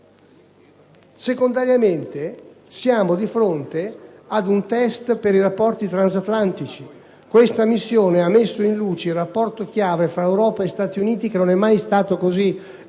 Inoltre, siamo di fronte ad un test per i rapporti transatlantici: questa missione ha messo in luce il rapporto chiave tra Europa e Stati Uniti, che non è mai stato così convinto